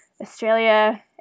australia